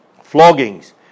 floggings